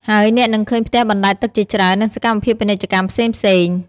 ហើយអ្នកនឹងឃើញផ្ទះបណ្តែតទឹកជាច្រើន និងសកម្មភាពពាណិជ្ជកម្មផ្សេងៗ។